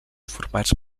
formats